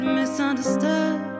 misunderstood